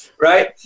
right